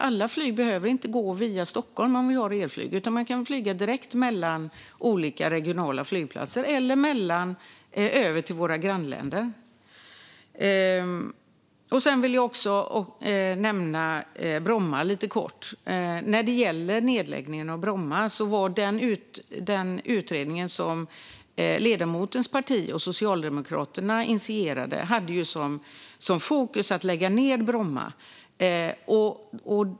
Alla flyg behöver inte gå via Stockholm om vi har elflyg, utan då kan man flyga direkt mellan olika regionala flygplatser eller över till våra grannländer. Jag vill också nämna Bromma lite kort. Den utredning som ledamotens parti och Socialdemokraterna initierade hade ju som fokus att lägga ned Bromma.